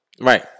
Right